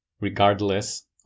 regardless